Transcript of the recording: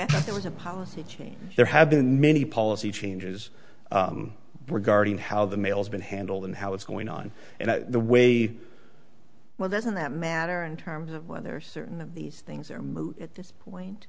right there was a policy change there have been many policy changes were guarding how the mails been handled and how it's going on and the way well doesn't that matter in terms of whether certain of these things are moot at this point